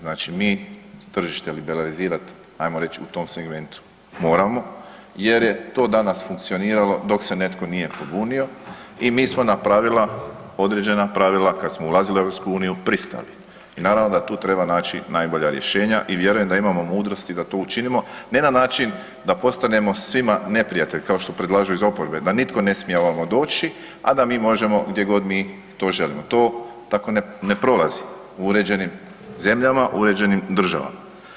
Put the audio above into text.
Znači mi tržište liberalizirat ajmo reći u tom segmentu moramo jer je to danas funkcioniralo dok se netko nije pobunio i mi smo na pravila, određena pravila kad smo ulazili u EU pristali i naravno da tu treba naći najbolja rješenja i vjerujem da imamo mudrosti da to učinimo, ne na način da postanemo svima neprijatelj kao što predlažu iz oporbe da nitko ne smije ovamo doći, a da mi možemo gdje god mi to želimo, to tako ne prolazi u uređenim zemljama, u uređenim državama.